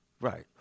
right